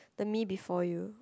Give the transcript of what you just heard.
the Me before You